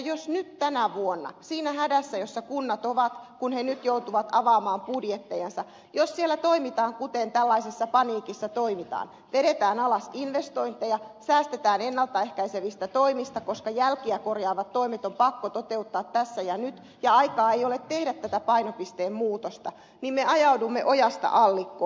jos nyt tänä vuonna siinä hädässä jossa kunnat ovat kun ne nyt joutuvat avaamaan budjettejansa siellä toimitaan kuten tällaisessa paniikissa toimitaan vedetään alas investointeja säästetään ennalta ehkäisevistä toimista koska jälkiä korjaavat toimet on pakko toteuttaa tässä ja nyt ja aikaa ei ole tehdä tätä painopisteen muutosta niin me ajaudumme ojasta allikkoon